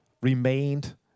remained